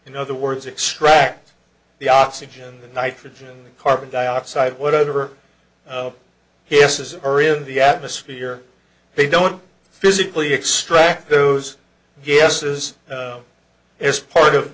in other words extract the oxygen nitrogen carbon dioxide whatever he says or in the atmosphere they don't physically extract those guesses is part of